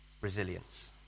resilience